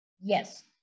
Yes